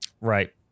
right